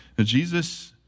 Jesus